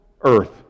earth